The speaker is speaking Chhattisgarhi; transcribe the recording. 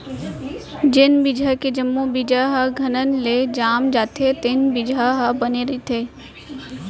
जेन बिजहा के जम्मो बीजा ह घनघन ले जाम जाथे तेन बिजहा ह बने रहिथे